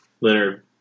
Leonard